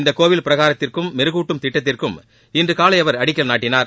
இந்தக் கோவில் பிரகாரத்திற்கும் மெருகூட்டும் திட்டத்திற்கும் இன்று காலை அவர் அடிக்கல் நாட்டினார்